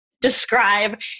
describe